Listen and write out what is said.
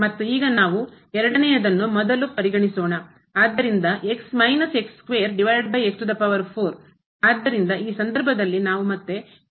ಮತ್ತು ಈಗ ನಾವು 2 ನೇ ಯದನ್ನು ಮೊದಲು ಪರಿಗಣಿಸೋಣ ಆದ್ದರಿಂದ ಆದ್ದರಿಂದ ಈ ಸಂದರ್ಭದಲ್ಲಿ ನಾವು ಮತ್ತೆ ಈ 00 ಫಾರ್ಮ್ ಅನ್ನು ಹೊಂದಿದ್ದೇವೆ